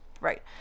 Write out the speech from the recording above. Right